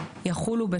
יחולו,